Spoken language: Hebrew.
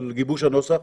על גיבוש הנוסח?